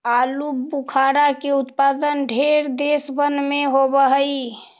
आलूबुखारा के उत्पादन ढेर देशबन में होब हई